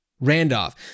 Randolph